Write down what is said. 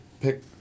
pick